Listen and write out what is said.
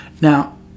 Now